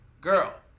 Girl